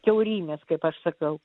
kiaurymes kaip aš sakau